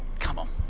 come on.